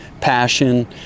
passion